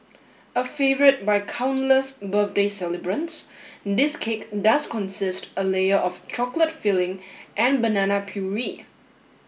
a favourite by countless birthday celebrants this cake does consist a layer of chocolate filling and banana puree